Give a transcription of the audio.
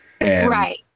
Right